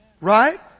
Right